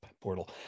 portal